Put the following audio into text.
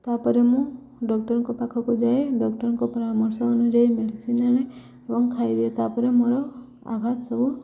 ତା'ପରେ ମୁଁ ଡକ୍ଟରଙ୍କ ପାଖକୁ ଯାଏ ଡକ୍ଟରଙ୍କ ପରାମର୍ଶ ଅନୁଯାୟୀ ମେଡ଼ିସିନ ଆଣେ ଏବଂ ଖାଇଦିଏ ତା'ପରେ ମୋର ଆଘାତ ସବୁ